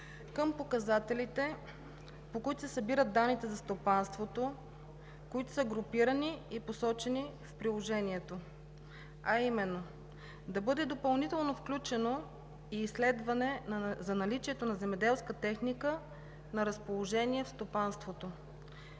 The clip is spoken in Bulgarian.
към показателите, по които се събират данните за стопанството, които са групирани и посочени в Приложението, а именно: да бъде допълнително включено изследване за наличието на земеделска техника на разположение в стопанството.